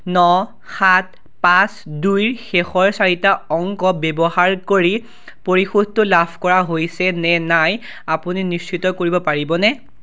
ন সাত পাঁচ দুইৰ শেষৰ চাৰিটা অংক ব্যৱহাৰ কৰি পৰিশোধটো লাভ কৰা হৈছেনে নাই আপুনি নিশ্চিত কৰিব পাৰিবনে